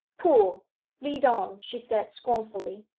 pooh lead on she said scornfully,